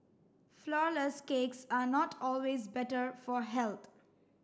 flourless cakes are not always better for health